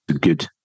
good